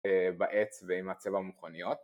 בעץ ועם הצבע המכוניות